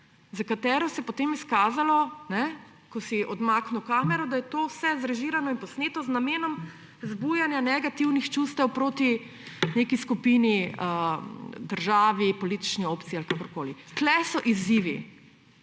za katero se je potem izkazalo, ko si odmaknil kamero, da je to vse zrežirano in posneto z namenom vzbujanja negativnih čustev proti neki skupini, državi, politični opciji ali kakorkoli. Tukaj so izzivi!